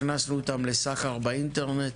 הכנסנו אותם לסחר באינטרנט